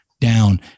down